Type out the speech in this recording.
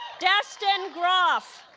destin groff